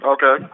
Okay